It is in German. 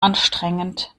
anstrengend